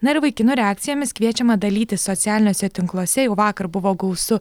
na ir vaikinų reakcijomis kviečiama dalytis socialiniuose tinkluose jau vakar buvo gausu